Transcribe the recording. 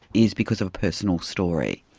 is because of a personal story?